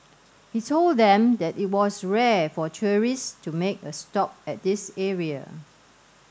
he told them that it was rare for tourists to make a stop at this area